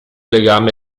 legame